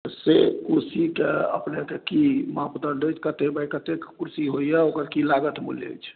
से कुर्सीके अपनेके की मापदण्ड अइ कतेक बाय कतेके कुर्सी होइए ओकर की लागत मूल्य अछि